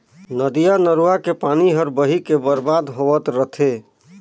नदिया नरूवा के पानी हर बही के बरबाद होवत रथे